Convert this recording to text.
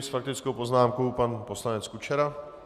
S faktickou poznámkou pan poslanec Kučera.